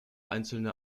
einzelne